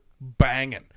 banging